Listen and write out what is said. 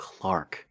Clark